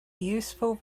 useful